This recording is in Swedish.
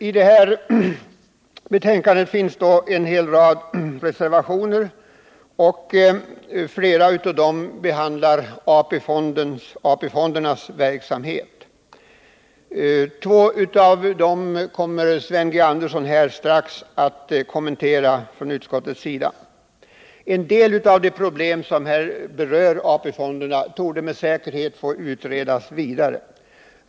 ; I det här betänkandet finns en hel rad reservationer. I flera av dem behandlas AP-fondernas verksamhet. Två av reservationerna kommer Sven G. Andersson strax att som utskottets talesman kommentera. Vissa av de problem som berör AP-fonderna torde med säkerhet få utredas ytterligare.